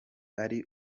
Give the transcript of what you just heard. ari